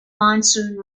monsoon